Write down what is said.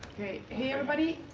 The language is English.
hi everybody.